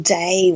day